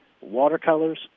watercolors